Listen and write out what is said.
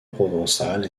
provençal